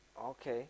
okay